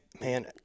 man